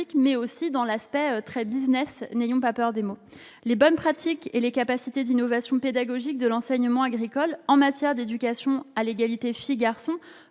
mais aussi dans l'aspect très, n'ayons pas peur des mots, dudit projet. Les bonnes pratiques et les capacités d'innovation pédagogique de l'enseignement agricole en matière d'éducation à l'égalité entre